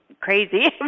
crazy